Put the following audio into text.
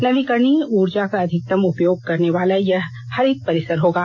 नवीकरणीय ऊर्जा का अधिकतम उपयोग करने वाला यह हरित परिसर होगा